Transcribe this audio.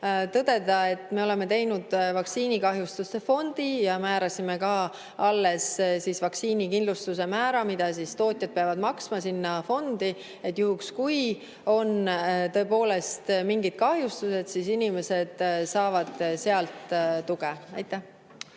tõdeda, et me oleme teinud vaktsiinikahjustuste fondi ja alles ka määrasime vaktsiinikindlustuse määra, mida tootjad peavad maksma sinna fondi. Juhul, kui on tõepoolest mingid kahjustused, siis inimesed saavad sealt tuge. Aitäh!